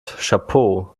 chapeau